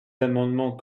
amendements